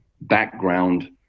background